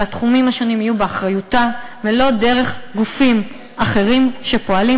התחומים השונים יהיו באחריותה ולא דרך גופים אחרים שפועלים.